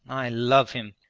i love him.